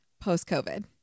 post-COVID